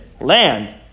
land